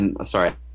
sorry